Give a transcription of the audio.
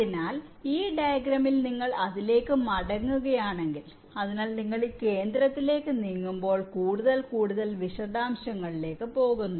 അതിനാൽ ഈ ഡയഗ്രാമിൽ നിങ്ങൾ അതിലേക്ക് മടങ്ങുകയാണെങ്കിൽ അതിനാൽ നിങ്ങൾ ഈ കേന്ദ്രത്തിലേക്ക് നീങ്ങുമ്പോൾ കൂടുതൽ കൂടുതൽ വിശദാംശങ്ങളിലേക്ക് പോകുന്നു